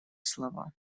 слова